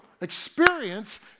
Experience